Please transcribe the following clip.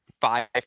five